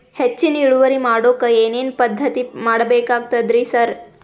ಹೆಚ್ಚಿನ್ ಇಳುವರಿ ಮಾಡೋಕ್ ಏನ್ ಏನ್ ಪದ್ಧತಿ ಮಾಡಬೇಕಾಗ್ತದ್ರಿ ಸರ್?